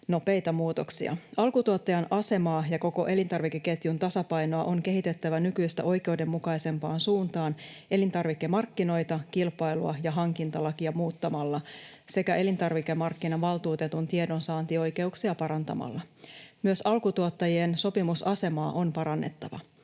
nopeita muutoksia. Alkutuottajan asemaa ja koko elintarvikeketjun tasapainoa on kehitettävä nykyistä oikeudenmukaisempaan suuntaan elintarvikemarkkinoita, kilpailua ja hankintalakia muuttamalla sekä elintarvikemarkkinavaltuutetun tiedonsaantioikeuksia parantamalla. Myös alkutuottajien sopimusasemaa on parannettava.